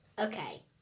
Okay